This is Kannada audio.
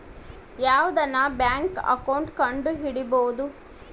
ಯಾವ್ದನ ಬ್ಯಾಂಕ್ ಅಕೌಂಟ್ ಕಂಡುಹಿಡಿಬೋದು